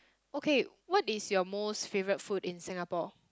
okay what is your most favourite food in Singapore